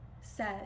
says